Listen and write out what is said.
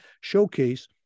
showcase